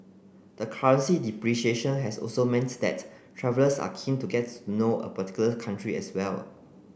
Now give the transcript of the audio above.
the currency depreciation has also that travellers are keen to gets to know a particular country as well